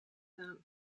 them